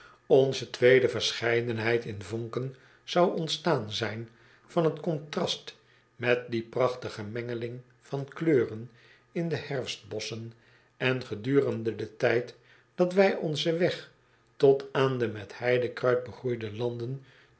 onze tweede verscheidenheid in vonken zou ontstaan zijn van t contrast met die prachtige mengeling van kleuren in de herfstbosschen en gedurende den tijd dat wij onzen weg tot aan de met heidekruid begroeide landen